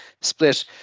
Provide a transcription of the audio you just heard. split